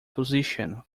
position